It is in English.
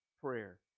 prayer